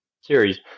series